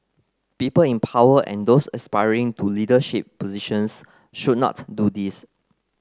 people in power and those aspiring to leadership positions should not do this